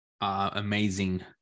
amazing